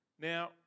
Now